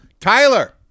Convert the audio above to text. Tyler